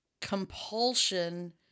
compulsion